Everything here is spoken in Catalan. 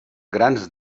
grans